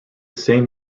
same